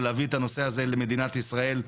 ולהביא את הנושא הזה למדינת ישראל,